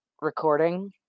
recording